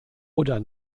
oder